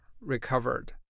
recovered